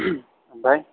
ओमफ्राय